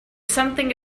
something